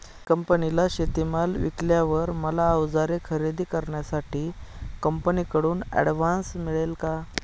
कंपनीला शेतीमाल विकल्यावर मला औजारे खरेदी करण्यासाठी कंपनीकडून ऍडव्हान्स मिळेल का?